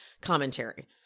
commentary